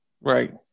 right